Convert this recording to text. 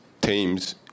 teams